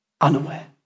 Unaware